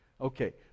Okay